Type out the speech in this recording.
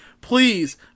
please